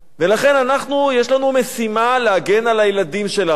ולכן, אנחנו יש לנו משימה להגן על הילדים שלנו,